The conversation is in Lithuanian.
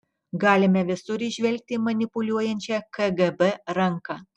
galime visur įžvelgti manipuliuojančią kgb ranką